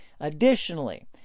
Additionally